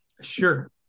Sure